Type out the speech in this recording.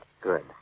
Good